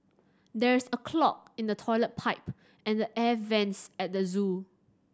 there is a clog in the toilet pipe and the air vents at the zoo